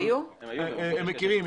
הם מכירים.